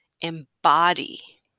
embody